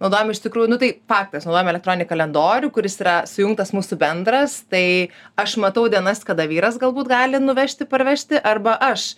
naudojam iš tikrųjų nu tai faktas naudojam elektroninį kalendorių kuris yra sujungtas mūsų bendras tai aš matau dienas kada vyras galbūt gali nuvežti parvežti arba aš